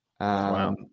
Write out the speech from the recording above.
Wow